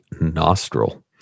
nostril